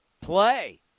play